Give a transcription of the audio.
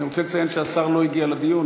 אני רוצה לציין שהשר לא הגיע לדיון,